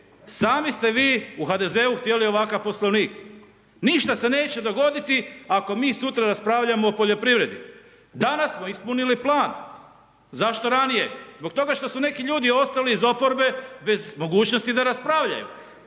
Sami ste vi u HDZ-u htjeli ovakav Poslovnik. Ništa se neće dogoditi ako mi sutra raspravljamo o poljoprivredi. Danas smo ispunili plan. Zašto ranije, zbog toga što su neki ljudi ostali iz oporbe bez mogućnosti da raspravljaju.